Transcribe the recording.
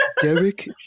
Derek